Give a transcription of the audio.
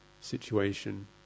situation